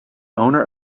owner